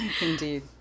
Indeed